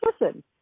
listen